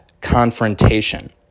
confrontation